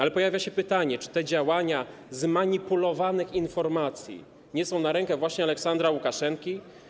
Ale pojawia się pytanie, czy te działania, zmanipulowane informacje nie są na rękę właśnie Aleksandrowi Łukaszence.